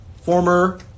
former